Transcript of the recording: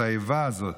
את האיבה הזאת,